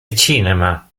cinema